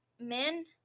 Men